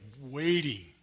waiting